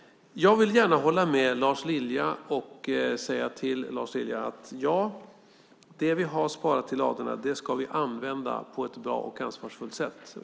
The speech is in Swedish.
Jag vill gärna hålla med Lars Lilja och säga till honom: Ja, det vi har sparat i ladorna ska vi använda på ett bra och ansvarsfullt sätt.